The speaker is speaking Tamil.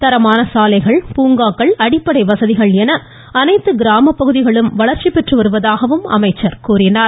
தரமான சாலைகள் பூங்காக்கள் அடிப்படை வசதிகள் என அனைத்து கிராமப் பகுதிகளும் வளர்ச்சிப் பெற்று வருவதாக கூறினார்